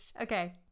okay